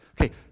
Okay